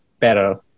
better